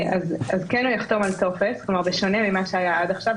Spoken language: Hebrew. הוא כן יחתום על טופס, בשונה ממה שהיה עד עכשיו.